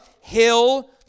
hill